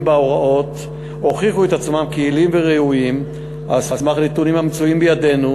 בהוראות הוכיחו את עצמם כיעילים וראויים על סמך נתונים המצויים בידינו,